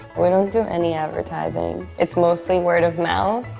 we don't do any advertising. it's mostly word of mouth.